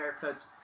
haircuts